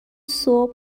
صبح